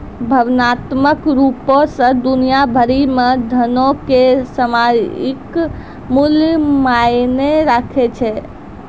भावनात्मक रुपो से दुनिया भरि मे धनो के सामयिक मूल्य मायने राखै छै